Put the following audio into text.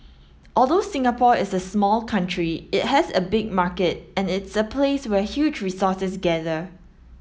although Singapore is a small country it has a big market and its a place where huge resources gather